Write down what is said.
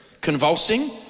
convulsing